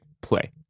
play